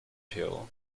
hill